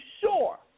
sure